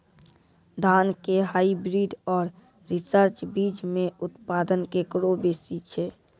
धान के हाईब्रीड और रिसर्च बीज मे उत्पादन केकरो बेसी छै?